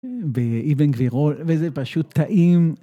באבן גבירול, וזה פשוט טעים.